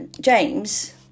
James